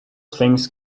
things